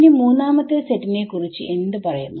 ഇനി മൂന്നാമത്തെ സെറ്റി നെക്കുറിച്ച് എന്തു പറയുന്നു